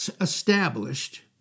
established